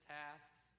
tasks